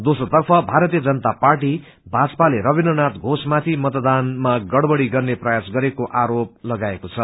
दोस्रोतर्फ भारतीय जनता पार्टी भाजपाले रविन्द्रनाथ घोषमाथि मतदानमा गड़बड़ी गर्ने प्रयास गरेको आरोप लगाएको छ